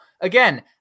again